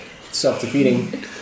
self-defeating